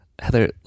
Heather